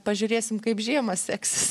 pažiūrėsim kaip žiemą seksis